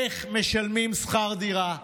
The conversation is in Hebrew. "איך משלמים שכר דירה?